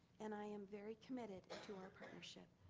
and i am very committed to our partnership.